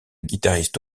guitariste